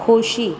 खोशी